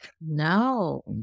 no